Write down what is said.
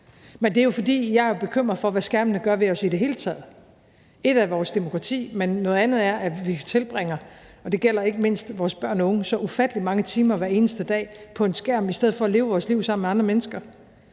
Men det er jo, fordi jeg er bekymret for, hvad skærmene gør ved os i det hele taget. En ting er vores demokrati, men noget andet er, at vi tilbringer, og det gælder ikke mindst vores børn og unge, så ufattelig mange timer hver eneste dag på en skærm i stedet for at leve vores liv sammen med andre mennesker.